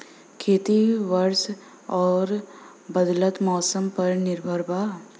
खेती वर्षा और बदलत मौसम पर निर्भर बा